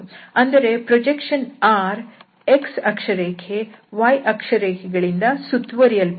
ಅಂದರೆ projection R x ಅಕ್ಷರೇಖೆ y ಅಕ್ಷರೇಖೆಗಳಿಂದ ಸುತ್ತುವರಿಯಲ್ಪಟ್ಟಿದೆ